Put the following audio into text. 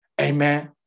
amen